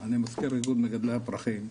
אני מזכיר איגוד מגדלי הפרחים.